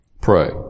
Pray